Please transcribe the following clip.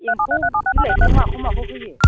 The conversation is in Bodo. एम्फौ बिलाइखौ माखौ माखौ होयो